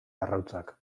arrautzak